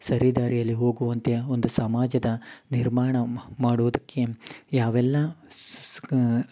ಸರಿ ದಾರಿಯಲ್ಲಿ ಹೋಗುವಂತೆ ಒಂದು ಸಮಾಜದ ನಿರ್ಮಾಣ ಮಾಡುದಕ್ಕೆ ಯಾವೆಲ್ಲ